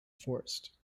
forest